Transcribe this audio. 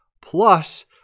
Plus